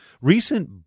Recent